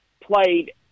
played